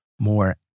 more